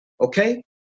okay